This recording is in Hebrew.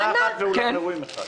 מסעדה אחת ואולם אירועים אחד.